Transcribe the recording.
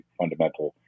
fundamental